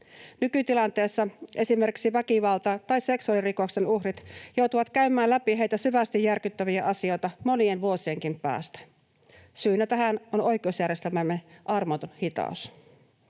Nykytilanteessa esimerkiksi väkivalta- tai seksuaalirikoksen uhrit joutuvat käymään läpi heitä syvästi järkyttäviä asioita monien vuosienkin päästä. Syynä tähän on oi- keusjärjestelmämme armoton hitaus.